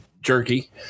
jerky